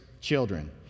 children